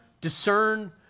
discern